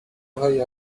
هایی